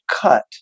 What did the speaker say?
cut